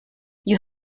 you